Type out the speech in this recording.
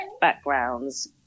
backgrounds